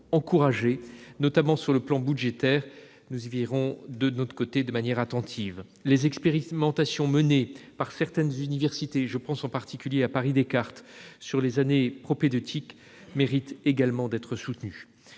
encouragés, notamment sur le plan budgétaire : nous y veillerons attentivement. Les expérimentations menées par certaines universités- je pense en particulier à Paris-Descartes -sur les années propédeutiques méritent également d'être soutenues.